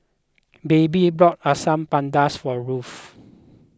Baby bought Asam Pedas for Ruth